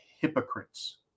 hypocrites